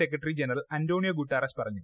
secretary general Antonio Guterres പറഞ്ഞു